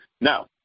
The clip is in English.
Now